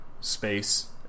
space